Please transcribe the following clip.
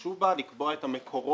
שהשתמשו בו לקבוע את המקורות